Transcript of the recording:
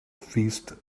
feast